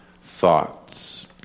thoughts